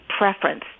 preference